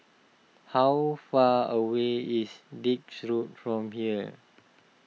how far away is Dix Road from here